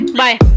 bye